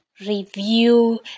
Review